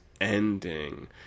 ending